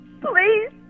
Please